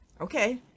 okay